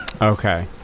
Okay